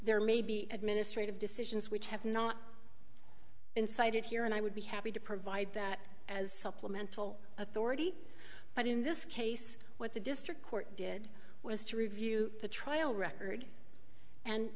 there may be administrative decisions which have not been cited here and i would be happy to provide that as supplemental authority but in this case what the district court did was to review the trial record and